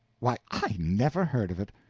why, i never heard of it.